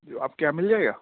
جو آپ کے یہاں مل جائے گا